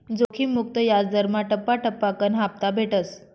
जोखिम मुक्त याजदरमा टप्पा टप्पाकन हापता भेटस